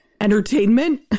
entertainment